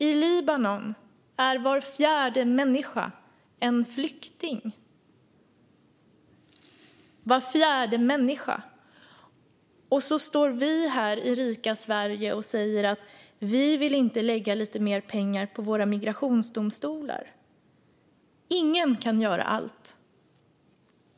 I Libanon är var fjärde människa flykting, och så står vi här i rika Sverige och säger att vi inte vill lägga mer pengar på våra migrationsdomstolar. Ingen kan göra allt.